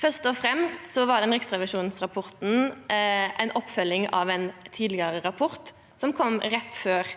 Først og fremst var Riksrevisjonen sin rapport ei oppfølging av ein tidlegare rapport som kom rett før